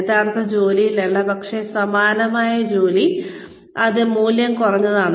യഥാർത്ഥ ജോലിയല്ല പക്ഷേ സമാനമായ ജോലി അത് മൂല്യം കുറഞ്ഞതാണ്